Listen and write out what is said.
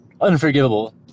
unforgivable